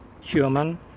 human